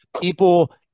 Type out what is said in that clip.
People